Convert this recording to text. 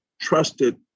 trusted